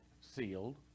sealed